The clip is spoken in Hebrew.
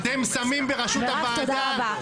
מירב, תודה רבה.